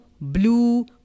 blue